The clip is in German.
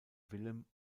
willem